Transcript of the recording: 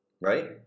right